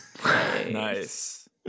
nice